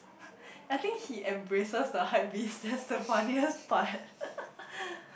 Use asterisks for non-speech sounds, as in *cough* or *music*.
I think he embraces the hypebeast that's the funniest part *laughs*